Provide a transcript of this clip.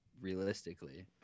realistically